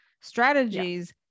strategies